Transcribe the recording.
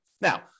Now